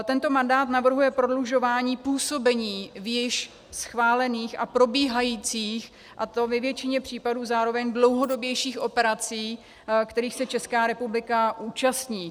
Tento mandát navrhuje prodlužování působení v již schválených a probíhajících, a to ve většině případů zároveň dlouhodobějších operací, kterých se Česká republika účastní.